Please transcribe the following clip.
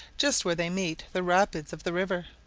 just where they meet the rapids of the river.